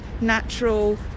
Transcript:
natural